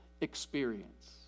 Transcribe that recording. experience